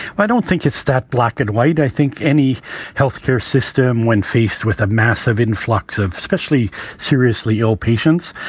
i don't think it's that black and white. i think any health care system, when faced with a massive influx of especially seriously ill patients,